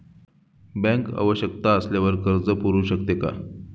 Bank आवश्यकता असल्यावर कर्ज पुरवू शकते का?